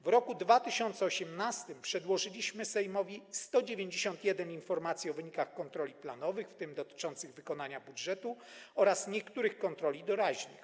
W roku 2018 przedłożyliśmy Sejmowi 191 informacji o wynikach kontroli planowych, w tym dotyczących wykonania budżetu oraz niektórych kontroli doraźnych.